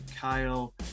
Kyle